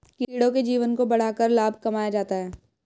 कीड़ों के जीवन को बढ़ाकर लाभ कमाया जाता है